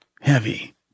heavy